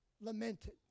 lamented